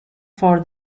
for